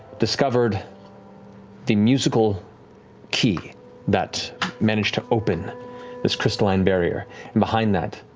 discovered the musical key that managed to open this crystalline barrier. and behind that,